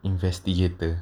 investigator